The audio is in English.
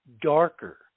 darker